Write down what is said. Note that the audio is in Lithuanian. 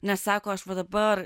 nes sako aš va dabar